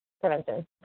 prevention